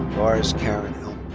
lars karen